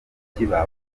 ikiba